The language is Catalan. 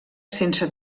sense